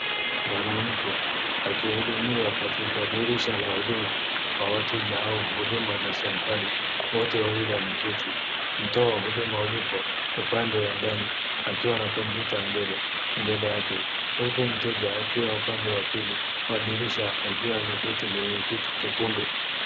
Mwanamke akihudumiwa katika dirisha la huduma kwa wateja au huduma za serikali. Wote wawili wameketi. Mtoa huduma yupo upande ya ndani akiwa na kompyuta mbele mbele yake huku mteja akiwa upande wa pili wa dirisha akiwa ameketi kwenye kiti chekundu.